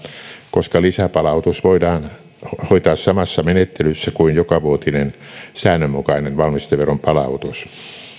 koska lisäpalautus voidaan hoitaa samassa menettelyssä kuin jokavuotinen säännönmukainen valmisteveron palautus